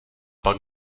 pak